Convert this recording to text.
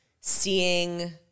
seeing